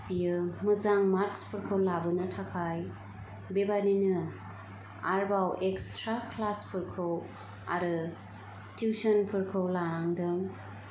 बियो मोजां मार्क्स फोरखौ लाबोनो थाखाय बेबादिनो आरबाव एक्सट्रा क्लासफोरखौ आरो टिउसनफोरखौ लानांदों